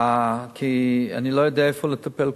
כי אני לא יודע איפה לטפל קודם,